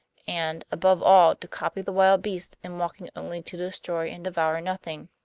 and, above all, to copy the wild beasts in walking only to destroy and devour nothing.